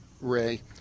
Ray